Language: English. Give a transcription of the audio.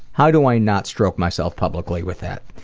how do i not stroke myself publicly with that?